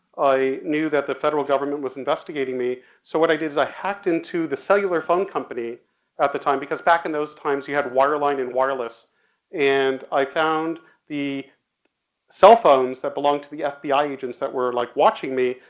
i knew that the federal government was investigating me, so what i did is i hacked into the cellular phone company at the time because back in those times you had wire line and wireless and i found the cell phones that belonged to the fbi agents that were like watching me,